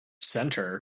center